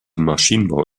maschinenbau